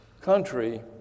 country